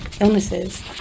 illnesses